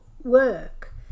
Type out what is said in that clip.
Work